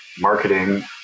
marketing